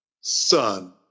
Son